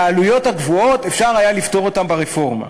והעלויות הגבוהות, אפשר היה לפתור אותן ברפורמה.